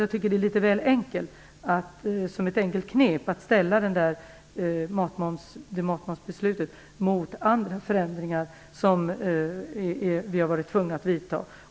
Jag tycker att det är ett litet väl enkelt knep att ställa matmomsbeslutet mot andra förändringar som vi har varit tvungna att vidta.